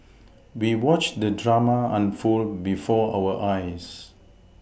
we watched the drama unfold before our eyes